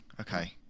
okay